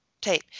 tape